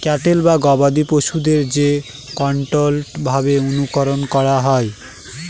cattle বা গবাদি পশুদের যে কন্ট্রোল্ড ভাবে অনুকরন করা হয়